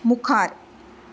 मुखार